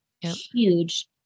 huge